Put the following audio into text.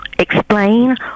Explain